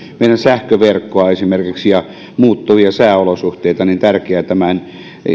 meidän sähköverkkoa ja muuttuvia sääolosuhteita niin tärkeää on tämä